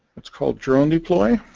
it's called drone deploy